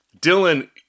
Dylan